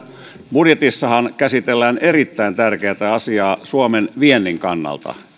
budjetissahan käsitellään erittäin tärkeätä asiaa suomen viennin kannalta